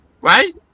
right